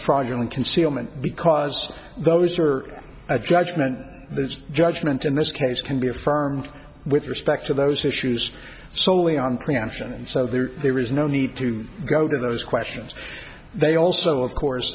fraudulent concealment because those are a judgment of its judgment in this case can be affirmed with respect to those issues solely on preemption so there there is no need to go to those questions they also of course